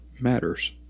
matters